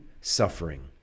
suffering